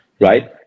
right